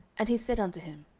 and he said unto him,